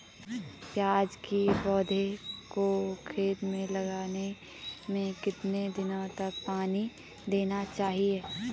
प्याज़ की पौध को खेतों में लगाने में कितने दिन तक पानी देना चाहिए?